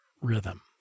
rhythm